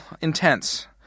intense